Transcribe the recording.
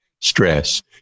Stress